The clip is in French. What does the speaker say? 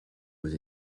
aux